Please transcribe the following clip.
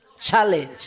Challenge